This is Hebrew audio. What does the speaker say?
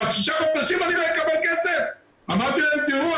שישה חודשים אני לא אקבל כסף?' אמרתי להם 'תראו,